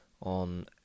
on